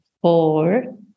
four